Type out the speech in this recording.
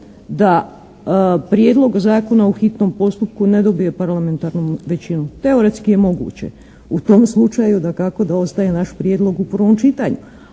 da prijedlog zakona u hitnom postupku ne dobije parlamentarnu većinu. Teoretski je moguće u tom slučaju dakako da ostaje naš prijedlog u prvom čitanju.